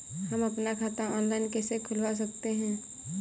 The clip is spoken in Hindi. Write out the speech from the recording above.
हम अपना खाता ऑनलाइन कैसे खुलवा सकते हैं?